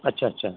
अच्छा अच्छा